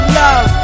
love